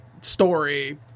story